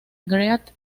great